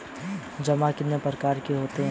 जमा कितने प्रकार के होते हैं?